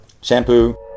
shampoo